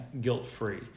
guilt-free